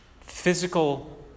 physical